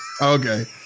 Okay